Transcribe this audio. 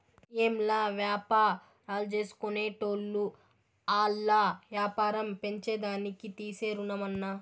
ఏంలా, వ్యాపారాల్జేసుకునేటోళ్లు ఆల్ల యాపారం పెంచేదానికి తీసే రుణమన్నా